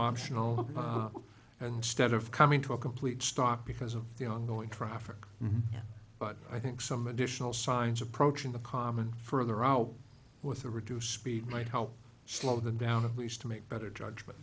optional and stead of coming to a complete stop because of the ongoing traffic but i think some additional signs approaching the common further out with the reduced speed might help slow them down at least to make better judgement